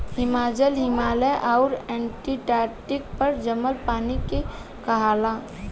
हिमजल, हिमालय आउर अन्टार्टिका पर जमल पानी के कहाला